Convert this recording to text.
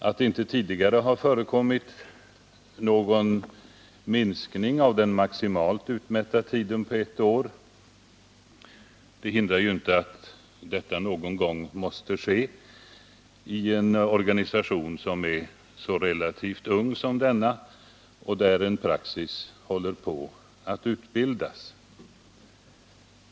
Att det inte tidigare har förekommit någon minskning av den maximalt utmätta tiden på ett år hindrar ju inte att detta någon gång måste ske inom en organisation som är så relativt ung som denna och där en praxis håller på att utbildas.